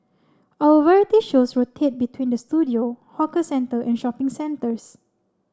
our variety shows rotate between the studio hawker centre and shopping centres